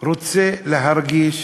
רוצה להרגיש